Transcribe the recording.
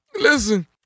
Listen